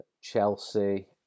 Chelsea